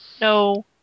No